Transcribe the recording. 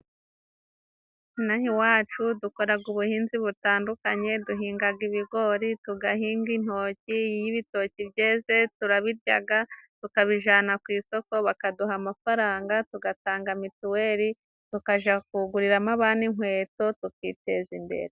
Inaha iwacu dukoraga ubuhinzi butandukanye, duhingaga ibigori, tugahinga intoki. Iyo ibitoki byeze turabiryaga, tukabijyana ku isoko bakaduha amafaranga tugatanga mituweli, tukaja kuguriramo abana inkweto, tukiteza imbere.